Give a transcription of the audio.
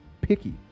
picky